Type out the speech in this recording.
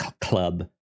club